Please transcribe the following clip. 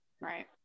Right